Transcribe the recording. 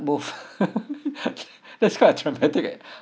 move that's kind of traumatic